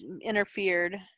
interfered